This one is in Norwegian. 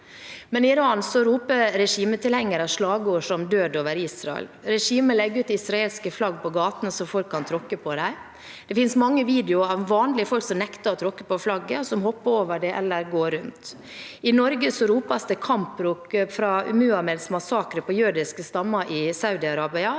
I Iran roper regimetilhengere slagord som «Død over Israel». Regimet legger ut israelske flagg på gatene slik at folk kan tråkke på dem. Det finnes mange videoer av vanlige folk som nekter å tråkke på flagget, og som hopper over det eller går rundt. I Norge ropes det kamprop fra Muhammeds massakre på jødiske stammer i Saudi-Arabia